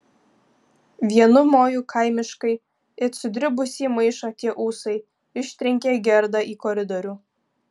vienu moju kaimiškai it sudribusį maišą tie ūsai ištrenkė gerdą į koridorių